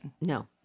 No